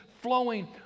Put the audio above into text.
flowing